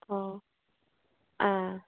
ꯑꯣ ꯑꯥ